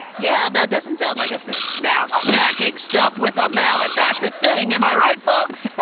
yeah, that doesn't sound like a thing. now, smacking stuff with a mallet. that's a thing, am i right, folks?